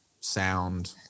sound